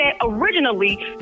originally